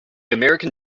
american